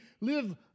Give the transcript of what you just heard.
live